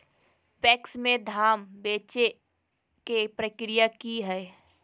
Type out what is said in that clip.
PACS में धाम बेचे के प्रक्रिया की हय?